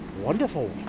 wonderful